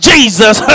Jesus